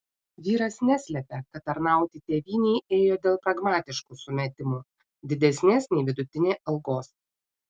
vyras neslepia kad tarnauti tėvynei ėjo dėl pragmatiškų sumetimų didesnės nei vidutinė algos